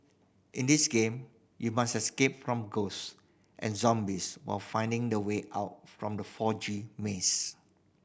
in this game you must escape from ghost and zombies while finding the way out from the foggy maze